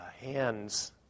Hands